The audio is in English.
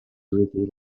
ruby